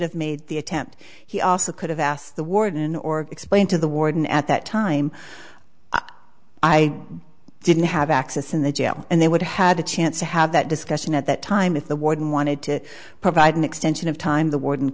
have made the attempt he also could have asked the warden or explain to the warden at that time i didn't have access in the jail and they would have had a chance to have that discussion at that time with the warden wanted to provide an extension of time the ward